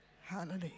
Hallelujah